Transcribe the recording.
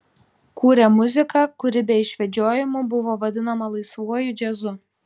kūrė muziką kuri be išvedžiojimų buvo vadinama laisvuoju džiazu